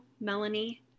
Melanie